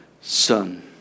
Son